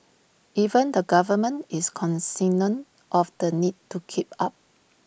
even the government is cognisant of the need to keep up